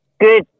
Good